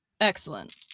Excellent